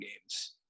games